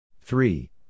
Three